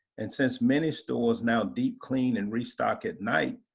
and since many stores now deep clean and restock at night,